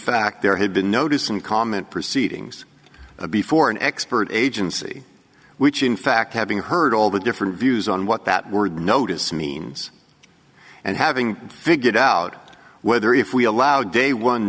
fact there had been notice and comment proceedings before an expert agency which in fact having heard all the different views on what that word notice means and having figured out whether if we allow day one